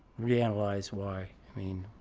we analyze why i mean